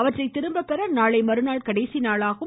அவற்றை திரும்ப பெற நாளை மறுநாள் கடைசி நாளாகும்